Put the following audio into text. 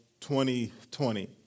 2020